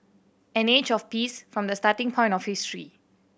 an age of peace from the starting point of history